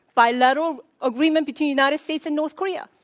bilateral agreement between united states and north korea.